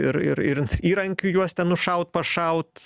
ir ir ir įrankių juos ten nušaut pašaut